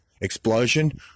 explosion